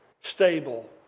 stable